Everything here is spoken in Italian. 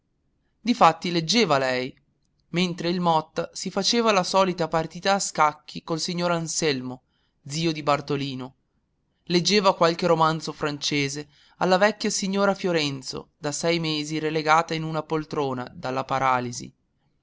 difatti leggeva lei mentre il motta si faceva la solita partita a scacchi col signor anselmo zio di bartolino leggeva qualche romanzo francese alla vecchia signora fiorenzo da sei mesi relegata in una poltrona dalla paralisi